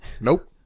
nope